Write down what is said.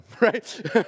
right